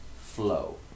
flow